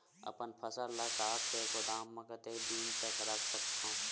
अपन फसल ल काट के गोदाम म कतेक दिन तक रख सकथव?